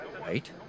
Right